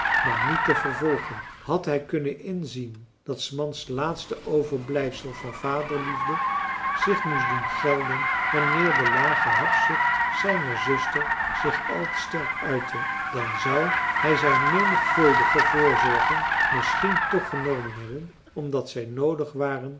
maar niet te vervolgen had hij kunnen inzien dat s mans laatste overblijfsel van vaderliefde zich moest doen gelden wanneer de lage hebzucht zijner zuster zich al te sterk uitte dan zou hij zijn menigvuldige voorzorgen misschien toch genomen hebben omdat zij noodig waren